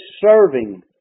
serving